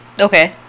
Okay